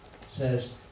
says